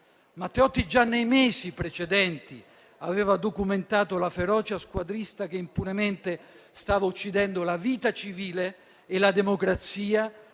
Matteotti già nei mesi precedenti aveva documentato la ferocia squadrista, che impunemente stava uccidendo la vita civile e la democrazia